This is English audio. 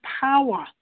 power